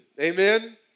Amen